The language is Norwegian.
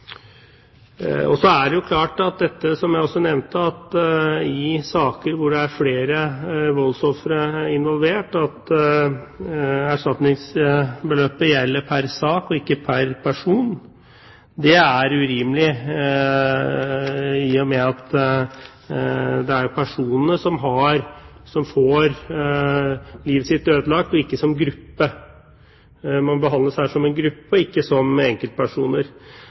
vurdere. Så er det dette som jeg også nevnte, at i saker hvor det er flere voldsofre involvert, gjelder erstatningsbeløpet pr. sak og ikke pr. person. Det er urimelig, i og med at det er personene som får livet sitt ødelagt, ikke en gruppe. Man behandles her som en gruppe og ikke som enkeltpersoner.